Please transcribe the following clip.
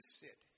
sit